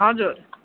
हजुर